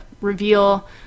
reveal